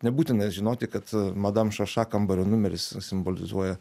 nebūtina žinoti kad madam šaša kambario numeris simbolizuoja